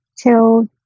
till